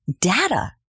data